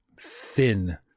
thin